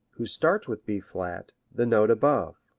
who starts with b flat, the note above.